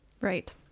Right